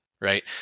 right